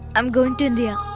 i'm going to india.